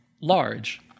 Large